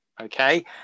Okay